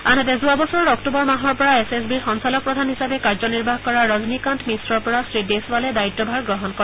আনহাতে যোৱা বছৰৰ অক্টোবৰ মাহৰ পৰা এছ এছ বিৰ সঞ্চালকপ্ৰধান হিচাপে কাৰ্যনিৰ্বাহ কৰা ৰজনীকান্ত মিশ্ৰৰ পৰা শ্ৰীদেশৱালে দায়িত্বভাৰ গ্ৰহণ কৰে